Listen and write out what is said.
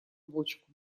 бочку